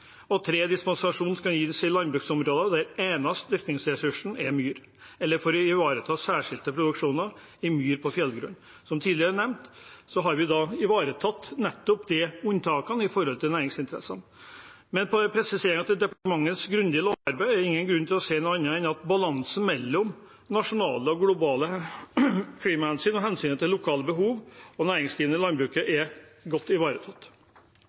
Dispensasjon kan gis i landbruksområder der eneste dyrkingsressurs er myr, eller for å ivareta særskilte produksjoner i myr på fjellgrunn.» Som tidligere nevnt har vi ivaretatt nettopp unntak knyttet til næringsinteresser. Med en presisering av departementets grundige lovarbeid er det ingen grunn til å si noe annet enn at balansen mellom nasjonale og globale klimahensyn og hensynet til lokale behov og næringsdrivende i landbruket er godt ivaretatt.